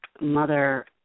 mother